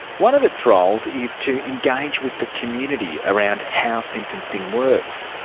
one of its roles is to engage with the community around how sentencing works.